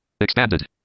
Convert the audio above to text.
expanded